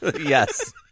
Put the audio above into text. yes